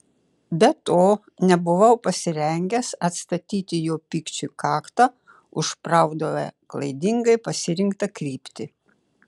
be to nebuvau pasirengęs atstatyti jo pykčiui kaktą už pravdoje klaidingai pasirinktą kryptį